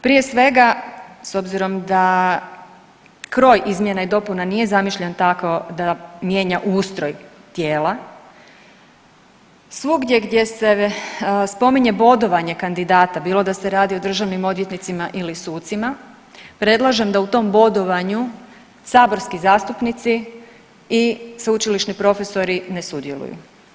Prije svega s obzirom da kroz izmjena i dopuna nije zamišljen tako da mijenja ustroj tijela, svugdje gdje se spominje bodovanje kandidata, bilo da se radi o državnim odvjetnicima ili sucima, predlažem da u tom bodovanju saborski zastupnici i sveučilišni profesori ne sudjeluju.